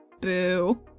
Boo